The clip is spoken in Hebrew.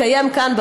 יתקיים כאן,